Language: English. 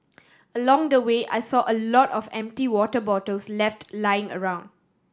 along the way I saw a lot of empty water bottles left lying around